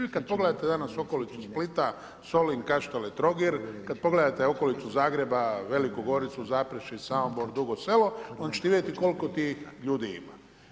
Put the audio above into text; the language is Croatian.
Ili kada pogledate danas okolicu Splita, Solin, Kaštele i Trogir, kada pogledate okolicu Zagreba, Veliku Goricu, Zaprešić, Samobor, Dugo Selo, onda ćete vidjeti koliko tih ljudi ima.